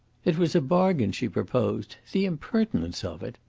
it was a bargain she proposed the impertinence of it!